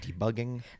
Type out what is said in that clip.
debugging